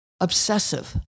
obsessive